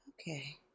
Okay